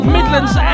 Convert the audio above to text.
Midlands